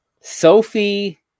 sophie